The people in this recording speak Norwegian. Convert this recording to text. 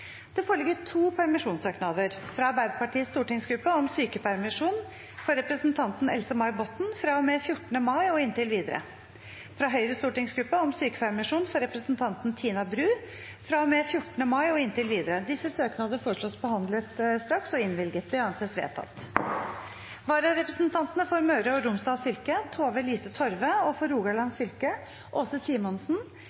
Det foreligger to permisjonssøknader: fra Arbeiderpartiets stortingsgruppe om sykepermisjon for representanten Else-May Botten fra og med 14. mai og inntil videre fra Høyres stortingsgruppe om sykepermisjon for representanten Tina Bru fra og med 14. mai og inntil videre Etter forslag fra presidenten ble enstemmig besluttet: Søknadene behandles straks og innvilges. Følgende vararepresentanter innkalles for å møte i permisjonstiden: For Møre og Romsdal fylke: Tove-Lise Torve For